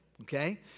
Okay